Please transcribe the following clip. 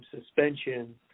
suspension